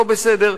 לא בסדר,